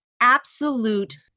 absolute